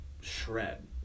shred